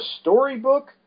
storybook